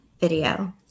video